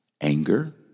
Anger